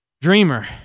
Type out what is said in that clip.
Dreamer